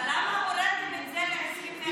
אבל למה הורדתם את זה ל-21 מיליון?